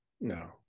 no